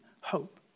hope